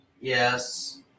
Yes